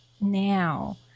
now